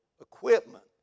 equipment